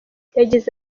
yagize